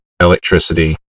electricity